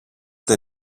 the